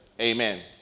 Amen